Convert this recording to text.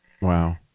Wow